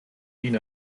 din